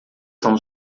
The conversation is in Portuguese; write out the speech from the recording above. são